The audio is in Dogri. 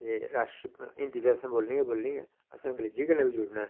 ते राश्ट्र हिंदी ते असां बोलनी गै बोलनी ऐ असें अंग्रेजी कन्ने बी जुड़ना ऐ